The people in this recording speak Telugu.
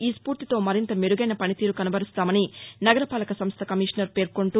ఈ స్ఫూర్తితో మరింత మెరుగైన పనితీరు కనబరుస్తామని నగరపాలక సంస్థ కమిషనర్ పేర్కొంటూ